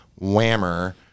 whammer